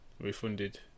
refunded